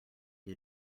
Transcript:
due